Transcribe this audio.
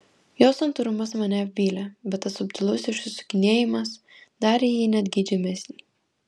jo santūrumas mane apvylė bet tas subtilus išsisukinėjimas darė jį net geidžiamesnį